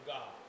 God